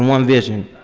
one vision,